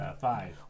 Five